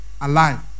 alive